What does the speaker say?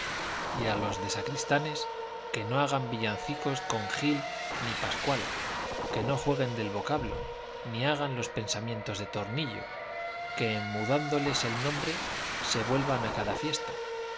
y a los de sacristanes que no hagan los villancicos con gil ni pascual que no jueguen del vocablo ni hagan los pensamientos de tornillo que mudándoles el nombre se vuelvan a cada fiesta